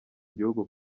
gihugu